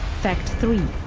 fact three.